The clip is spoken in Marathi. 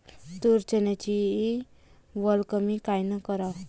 तूर, चन्याची वल कमी कायनं कराव?